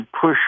push